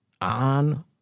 on